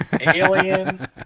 Alien